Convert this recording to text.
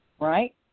right